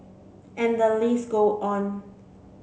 and the list go on